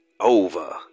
over